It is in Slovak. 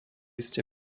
ste